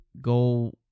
go